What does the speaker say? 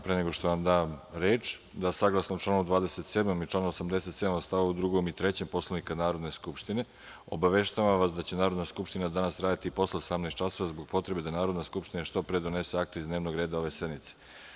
Pre nego što vam dam reč, saglasno članu 27. i članu 87. st. 2. i 3. Poslovnika Narodne skupštine, obaveštavam vas da će Narodna skupština danas raditi i posle 18.00 časova, zbog potrebe da Narodna skupština što pre donese akta iz dnevnog reda ove sednice.